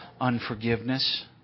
unforgiveness